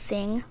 Sing